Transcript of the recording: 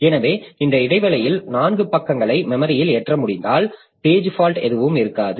எனவே இந்த இடைவெளியில் நான்கு பக்கங்களை மெமரியில் ஏற்ற முடிந்தால் பேஜ் ஃபால்ட் எதுவும் இருக்காது